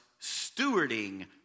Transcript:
stewarding